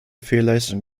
fehlleistung